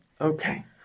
Okay